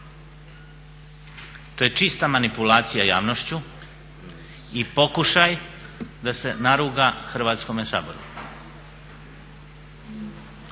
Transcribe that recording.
To je čista manipulacija javnošću i pokušaj da se naruga Hrvatskome saboru.